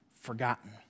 forgotten